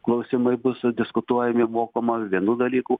klausimai bus diskutuojami ir mokoma vienų dalykų